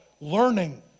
learning